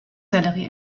sellerie